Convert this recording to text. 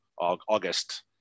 August